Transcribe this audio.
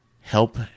Help